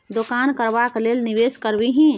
दोकान करबाक लेल निवेश करबिही